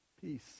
peace